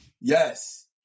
yes